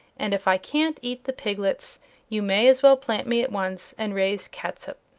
and if i can't eat the piglets you may as well plant me at once and raise catsup.